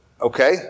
okay